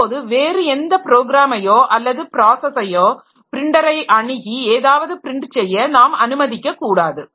அப்போது வேறு எந்த ப்ரோக்ராமையோ அல்லது ப்ராஸஸையோ பிரின்டரை அணுகி ஏதாவது பிரின்ட் செய்ய நாம் அனுமதிக்கக் கூடாது